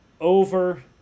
over